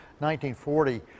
1940